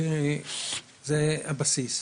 זה הבסיס.